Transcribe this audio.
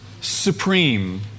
supreme